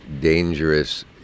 dangerous